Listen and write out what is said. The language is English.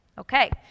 Okay